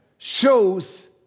shows